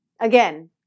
again